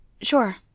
sure